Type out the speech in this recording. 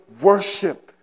worship